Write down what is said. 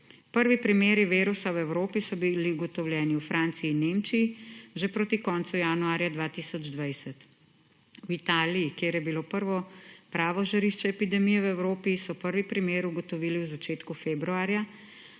Prvi primeri virusa v Evropi so bili ugotovljeni v Franciji in Nemčiji že proti koncu januarja 2020. V Italiji, kjer je bilo prvo pravo žarišče epidemije v Evropi, so prvi primer ugotovili v začetku februarja,